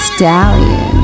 Stallion